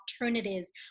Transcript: alternatives